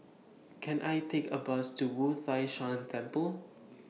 Can I Take A Bus to Wu Tai Shan Temple